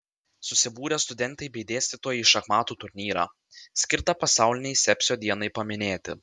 susibūrė studentai bei dėstytojai į šachmatų turnyrą skirtą pasaulinei sepsio dienai paminėti